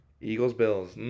Eagles-Bills